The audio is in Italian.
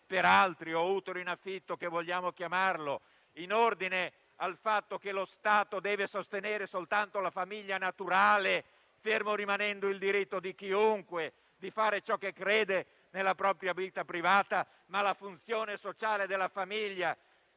per altri o utero in affitto che dir si voglia, in ordine al fatto che lo Stato deve sostenere soltanto la famiglia naturale? Fermo rimanendo il diritto di chiunque di fare ciò che crede nella propria vita privata, la funzione sociale della famiglia